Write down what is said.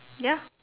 ya